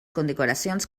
condecoracions